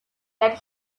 that